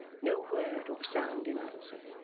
no word or sound in answer.